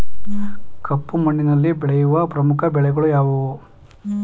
ಕಪ್ಪು ಮಣ್ಣಿನಲ್ಲಿ ಬೆಳೆಯುವ ಪ್ರಮುಖ ಬೆಳೆಗಳು ಯಾವುವು?